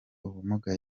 ubumuga